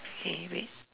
okay wait